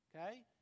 okay